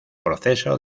proceso